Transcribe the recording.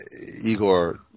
Igor